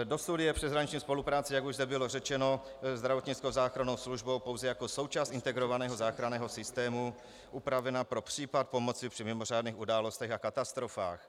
Dosud je přeshraniční spolupráce, jak už zde bylo řečeno, se zdravotnickou záchrannou službou pouze jako součást integrovaného záchranného systému upravena pro případ pomoci při mimořádných událostech a katastrofách.